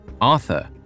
Arthur